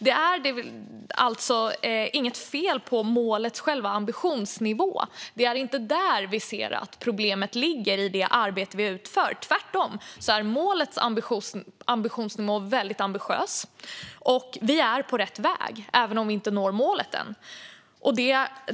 Det är alltså inget fel på målets ambitionsnivå; det är inte där vi ser att problemet ligger i det arbete vi utför. Tvärtom är målets ambitionsnivå väldigt hög. Vi är på rätt väg, även om vi ännu inte har nått målet.